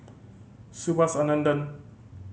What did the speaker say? Subhas Anandan